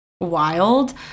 Wild